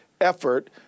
effort